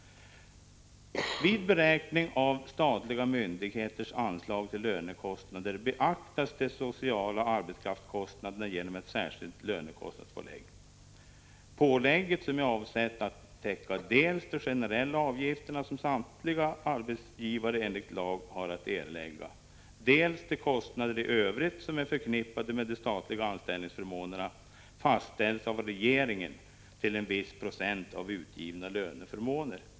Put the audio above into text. Vid beräkning av statliga myndigheters anslag till lönekostnader beaktas de sociala arbetskraftskostnaderna genom ett särskilt lönekostnadspålägg. Pålägget, som är avsett att täcka dels de generella avgifter som samtliga arbetsgivare enligt lag har att erlägga, dels de kostnader i övrigt som är förknippade med de statliga anställningsförmånerna, fastställs av regeringen till en viss procent av utgivna löneförmåner.